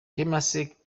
temasek